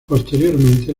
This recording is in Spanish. posteriormente